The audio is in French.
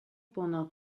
pendant